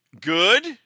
Good